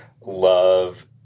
love